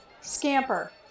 Scamper